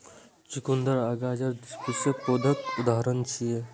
चुकंदर आ गाजर द्विवार्षिक पौधाक उदाहरण छियै